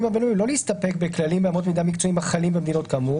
הבין-לאומיים לא להסתפק ב"כללים ואמות מידה מקצועיים החלים במדינות כאמור",